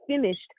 finished